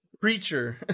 preacher